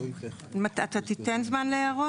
אתה תיתן זמן להערות?